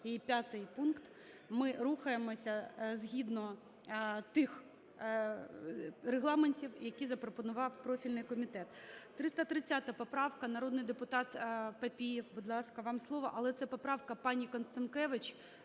її п'ятий пункт, ми рухаємося згідно тих регламентів, які запропонував профільний комітет. 330 поправка, народний депутат Папієв. Будь ласка, вам слово, але це поправка пані Констанкевич.